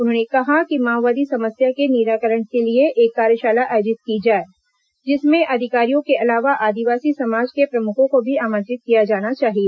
उन्होंने कहा कि माओवादी समस्या के निराकरण के लिए एक कार्यशाला आयोजित की जाए जिसमें अधिकारियों के अलावा आदिवासी समाज के प्रमुखों को भी आमंत्रित किया जाना चाहिए